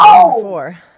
four